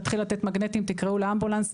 תתחיל לתת מגנטים "תקראו לאמבולנס",